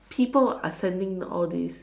people are sending all these